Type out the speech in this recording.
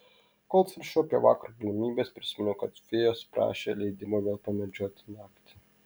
kol svarsčiau apie vakaro galimybes prisiminiau kad fėjos prašė leidimo vėl pamedžioti naktį